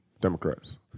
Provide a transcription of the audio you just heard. Democrats